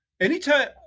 anytime